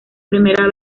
primera